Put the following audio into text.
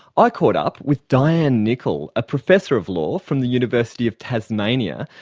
i caught up with dianne nicol, a professor of law from the university of tasmania,